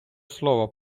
слова